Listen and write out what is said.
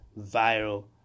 viral